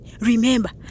Remember